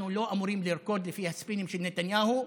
אנחנו לא אמורים לרקוד לפי הספינים של נתניהו,